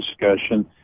discussion